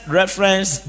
reference